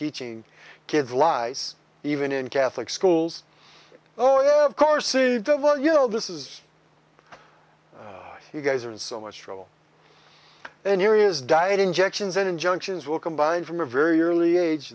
teaching kids lies even in catholic schools oh yeah of course well you know this is why you guys are in so much trouble and here is diet injections and injunctions will combine from a very early age